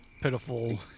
pitiful